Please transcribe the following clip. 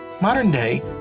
Modern-day